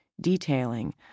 detailing